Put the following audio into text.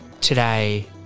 Today